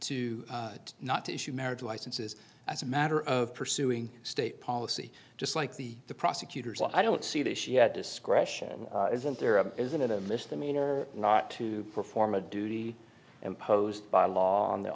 to not issue marriage licenses as a matter of pursuing state policy just like the the prosecutor's i don't see that she had discretion isn't there or isn't it a misdemeanor not to perform a duty imposed by law on the